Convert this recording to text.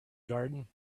garden